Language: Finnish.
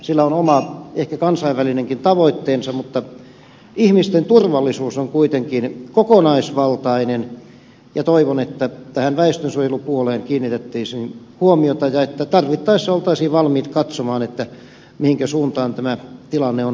sillä on oma ehkä kansainvälinenkin tavoitteensa mutta ihmisten turvallisuus on kuitenkin kokonaisvaltainen ja toivon että tähän väestönsuojelupuoleen kiinnitettäisiin huomiota ja että tarvittaessa oltaisiin valmiit katsomaan mihinkä suuntaan tämä tilanne on